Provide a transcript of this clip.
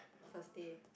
first day